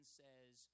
says